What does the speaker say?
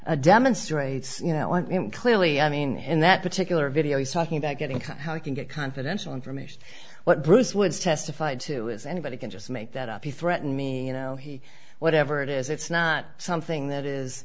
white demonstrates you know clearly i mean in that particular video he's talking about getting caught how you can get confidential information what bruce would testify to is anybody can just make that up you threaten me you know he whatever it is it's not something that is